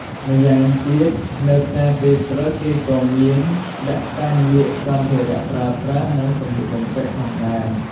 ម្យ៉ាងវិញទៀត នៅផ្សារពេលព្រឹក គេក៏មានដាក់តាំងលក់សម្ភារៈប្រើប្រាស់ និងសម្លៀកបំពាក់ផងដែរ។